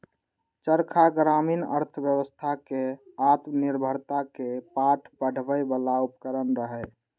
चरखा ग्रामीण अर्थव्यवस्था कें आत्मनिर्भरता के पाठ पढ़बै बला उपकरण रहै